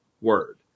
word